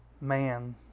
man